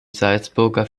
salzburger